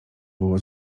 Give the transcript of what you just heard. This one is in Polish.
było